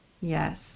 Yes